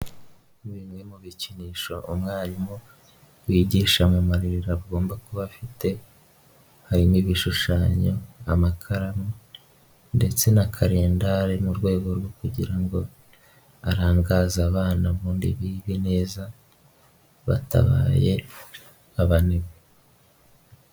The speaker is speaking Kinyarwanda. Bimwe mu bikinisho umwarimu wigisha mu marerero agomba kuba afite harimo ibishushanyo, amakararo ndetse na karendari mu rwego rwo kugira ngo arangaze abana ubundi bige neza batabaye abanebwe.